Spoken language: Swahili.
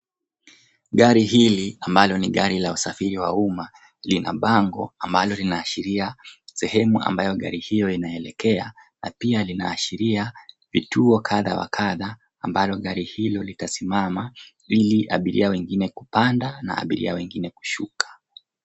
Gari hili ambalo ni gari la usafiri wa umma lina bango ambalo linaashiria sehemu ambayo gari hiyo inaelekea na pia linaashiria vituo kadha wa kadha ambalo gari hilo litasimama ili abiria wengine kupanda na abiria wengine kushuka.